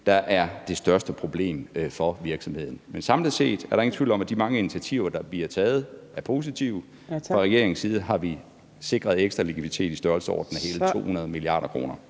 der er det største problem for virksomhederne. Men samlet set er der ingen tvivl om, at de mange initiativer, der bliver taget, er positive, og fra regeringens side har vi sikret ekstra likviditet i omegnen af hele 200 mia. kr.